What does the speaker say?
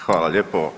Hvala lijepo.